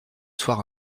soir